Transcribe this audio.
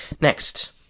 Next